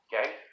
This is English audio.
Okay